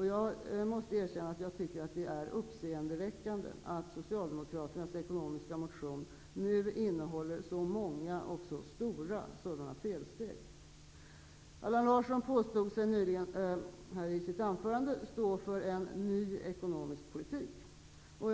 Jag måste erkänna att jag tycker att det är uppseendeväckande att Socialdemokraternas ekonomiska motion nu innehåller så många och också stora sådana felsteg. Allan Larsson påstod i sitt anförande att han står för en ny ekonomisk politik.